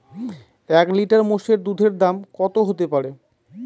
এক লিটার মোষের দুধের দাম কত হতেপারে?